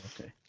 okay